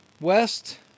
west